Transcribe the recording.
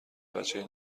بچه